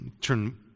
Turn